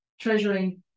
treasuring